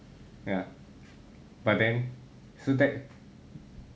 ya but then so that